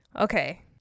Okay